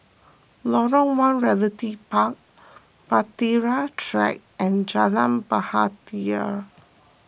Lorong one Realty Park Bahtera Track and Jalan Bahtera